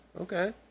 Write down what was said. okay